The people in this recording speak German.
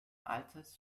altes